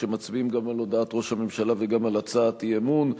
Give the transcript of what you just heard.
כשמצביעים גם על הודעת ראש הממשלה וגם על הצעת אי-אמון.